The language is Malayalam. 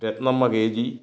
Ratnamma K G